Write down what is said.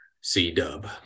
C-dub